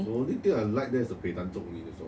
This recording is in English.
the only thing I like is the pei dan zhou that's only